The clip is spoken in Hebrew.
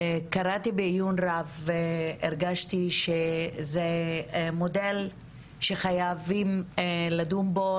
קראתי בעיון רב והרגשתי שזה מודל שחייבים לדון בו,